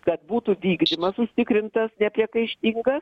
kad būtų vykdymas užtikrintas nepriekaištingas